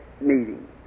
meeting